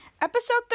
episode